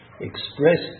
expressed